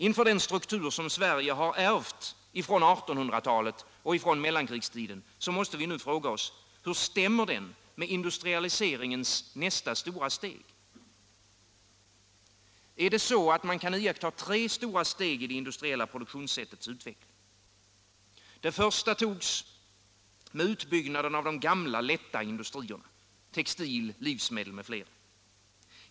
Inför den struktur som Sverige ärvt från 1800-talet och från mellankrigstiden måste vi nu fråga oss: Hur stämmer denna med industrialiseringens nästa stora steg? Är det så, att man kan iaktta tre stora steg i det industriella produktionssättets utveckling? Det första togs med utbyggnaden av de gamla lätta industrierna — textil, livsmedel m.fl.